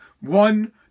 one